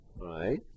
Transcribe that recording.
right